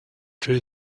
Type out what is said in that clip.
true